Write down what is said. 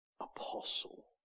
Apostle